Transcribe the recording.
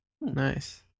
Nice